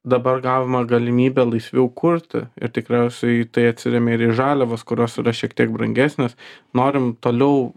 dabar gavome galimybę laisviau kurti ir tikriausiai tai atsiremia ir į žaliavas kurios yra šiek tiek brangesnės norim toliau